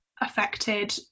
affected